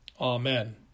Amen